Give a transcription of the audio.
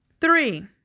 three